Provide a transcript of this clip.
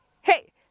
hey